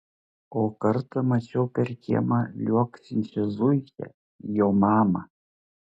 o kartą mačiau per kiemą liuoksinčią zuikę jo mamą